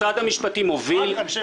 התשובה היא בשמחה, אדוני.